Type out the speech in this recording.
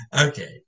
Okay